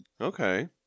Okay